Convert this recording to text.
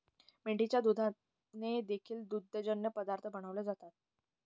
मेंढीच्या दुधाने देखील दुग्धजन्य पदार्थ बनवले जातात